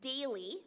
daily